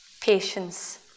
patience